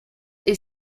est